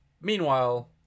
Meanwhile